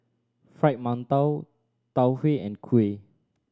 Fried Mantou Tau Huay and kuih